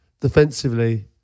defensively